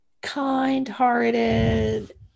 kind-hearted